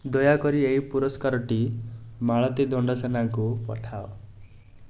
ଦୟାକରି ଏହି ପୁରସ୍କାରଟି ମାଳତୀ ଦଣ୍ଡସେନାଙ୍କୁ ପଠାଅ